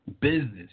business